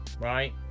right